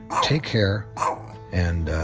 take care and